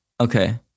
Okay